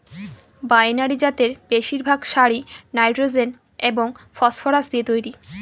binary জাতের বেশিরভাগ সারই নাইট্রোজেন এবং ফসফরাস দিয়ে তৈরি